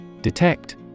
Detect